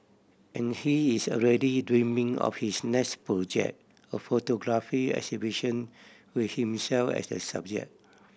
and he is already dreaming of his next project a photography exhibition with himself as the subject